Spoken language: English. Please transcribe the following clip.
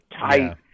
tight